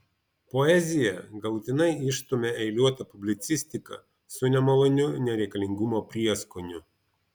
poeziją galutinai išstumia eiliuota publicistika su nemaloniu nereikalingumo prieskoniu